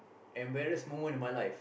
embarrass moment in my life